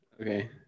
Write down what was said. Okay